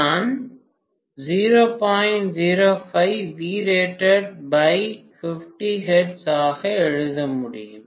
நான் ஆக எழுத முடியும்